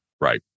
right